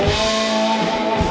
and